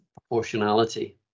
proportionality